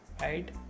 right